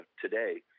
today